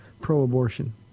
pro-abortion